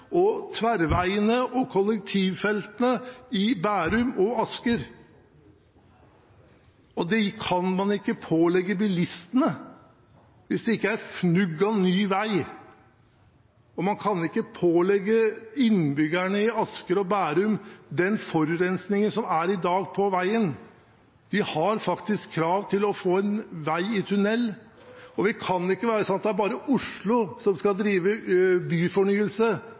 bussveien, tverrveiene og kollektivfeltene i Bærum og Asker. Det kan man ikke pålegge bilistene hvis det ikke er et fnugg av ny vei, og man kan ikke påføre innbyggerne i Asker og Bærum den forurensingen som er på veien i dag. De har faktisk rett på å få en vei i tunnel. Det kan ikke være sånn at det bare er Oslo som skal drive byfornyelse.